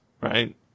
Right